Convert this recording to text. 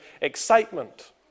excitement